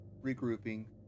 regrouping